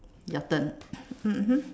your turn mmhmm